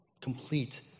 complete